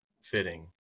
fitting